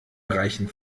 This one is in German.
reichen